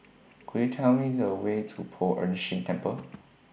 Could YOU Tell Me The Way to Poh Ern Shih Temple